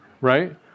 right